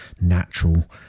natural